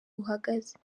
uhagaze